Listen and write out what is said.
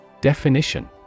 Definition